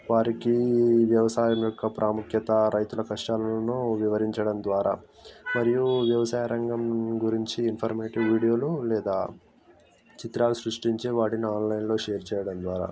వారికి వ్యవసాయం యొక్క ప్రాముఖ్యత రైతుల కష్టాలను వివరించడం ద్వారా మరియు వ్యవసాయ రంగం గురించి ఇన్ఫర్మేటివ్ వీడియోలు లేదా చిత్రాలు సృష్టించి వాటిని ఆన్లైన్లో షేర్ చేయడం ద్వారా